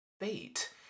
Bait